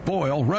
Boyle